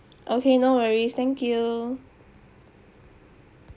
okay no worries thank you